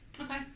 Okay